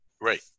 Right